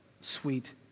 sweet